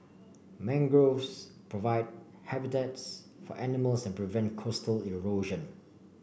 mangroves provide habitats for animals and prevent coastal erosion